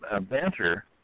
Banter